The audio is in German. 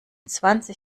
zwanzig